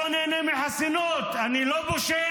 כי אני לא נהנה מחסינות, אני לא פושע.